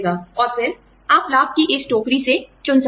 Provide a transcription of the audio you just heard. और फिर आप लाभ की इस टोकरी से चुन सकते हैं